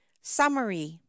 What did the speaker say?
Summary